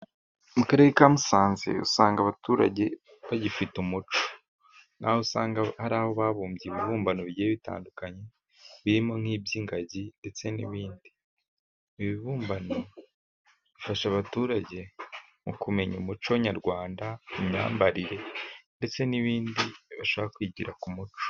Mu karere ka Musanze usanga abaturage bagifite umuco, aho usanga hari aho babumbye ibibumbano bigiye bitandukanye birimo nk'iby'ingagi ndetse n'ibindi. Ibibumbano bifasha abaturage mu kumenya umuco nyarwanda ku myambarire, ndetse n'ibindi bashaka kwigira ku muco.